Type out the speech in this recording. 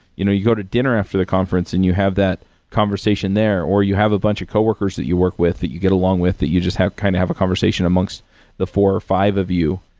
you know you go to dinner after the conference and you have that conversation there or you have a bunch of coworkers that you work with that you get along with that you just kind of have a conversation amongst the four or five of you.